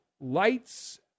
Lights